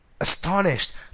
astonished